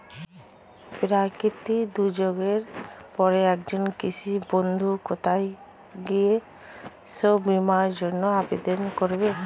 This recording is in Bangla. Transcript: প্রাকৃতিক দুর্যোগের পরে একজন কৃষক বন্ধু কোথায় গিয়ে শস্য বীমার জন্য আবেদন করবে?